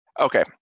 Okay